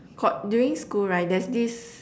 got during school right that this